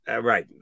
Right